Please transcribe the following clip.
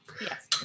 Yes